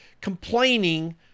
Complaining